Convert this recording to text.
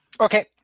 Okay